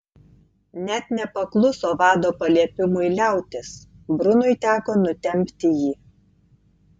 net nepakluso vado paliepimui liautis brunui teko nutempti jį